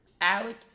Alec